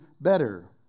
better